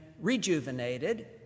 rejuvenated